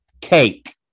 cake